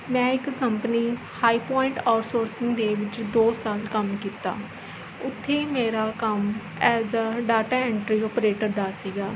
ਮੈਂ ਇੱਕ company High Point Outsourcing ਦੇ ਵਿੱਚ ਦੋ ਸਾਲ ਕੰਮ ਕੀਤਾ ਉੱਥੇ ਮੇਰਾ ਕੰਮ as a data entry operator ਦਾ ਸੀਗਾ